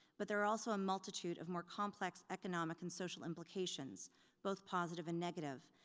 but there are also a multitude of more complex economic and social implications both positive and negative,